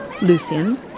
Lucian